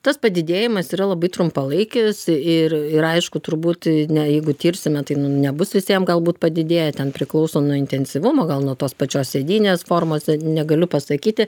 tas padidėjimas yra labai trumpalaikis ir ir aišku turbūt ne jeigu tirsime tai nebus visiem galbūt padidėję ten priklauso nuo intensyvumo gal nuo tos pačios sėdynės formos negaliu pasakyti